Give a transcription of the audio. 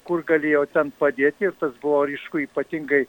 kur galėjo ten padėti ir tas buvo ryšku ypatingai